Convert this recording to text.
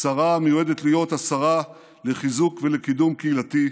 שרה המיועדת להיות השרה לחיזוק ולקידום קהילתי,